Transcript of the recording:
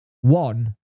One